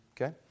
Okay